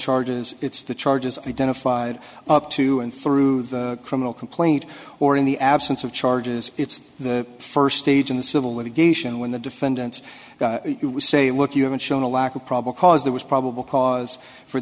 charges it's the charges identified up to and through the criminal complaint or in the absence of charges it's the first stage in civil litigation when the defendant can we say look you haven't shown a lack of problem cause there was probable cause for